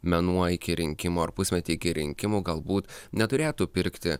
mėnuo iki rinkimų ar pusmetį iki rinkimų galbūt neturėtų pirkti